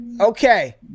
Okay